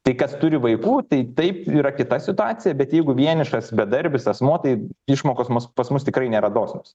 tai kas turi vaikų tai taip yra kita situacija bet jeigu vienišas bedarbis asmuo tai išmokos mus pas mus tikrai nėra dosnios